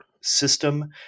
system